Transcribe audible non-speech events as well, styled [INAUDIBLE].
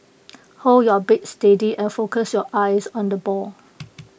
hold your bat steady and focus your eyes on the ball [NOISE]